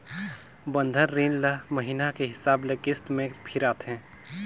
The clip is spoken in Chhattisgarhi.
बंधन रीन ल महिना के हिसाब ले किस्त में फिराथें